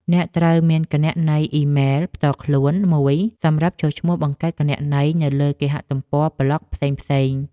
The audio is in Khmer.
អ្នកត្រូវមានគណនីអ៊ីមែល ផ្ទាល់ខ្លួនមួយសម្រាប់ចុះឈ្មោះបង្កើតគណនីនៅលើគេហទំព័រប្លក់ផ្សេងៗ។